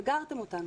סגרתם אותנו.